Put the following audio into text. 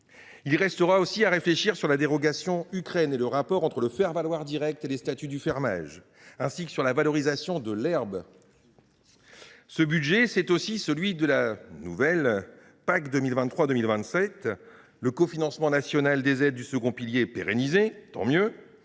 Il restera aussi à réfléchir sur la dérogation Ukraine et sur le rapport entre le faire valoir direct et les statuts du fermage, ainsi que sur la valorisation de l’herbe. Ce budget, c’est aussi celui du déploiement de la nouvelle PAC 2023 2027. Le cofinancement national des aides du second pilier est pérennisé – tant mieux !